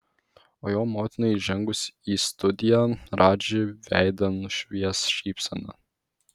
o jo motinai įžengus į studiją radži veidą nušvies šypsena